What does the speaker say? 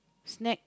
snack